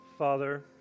Father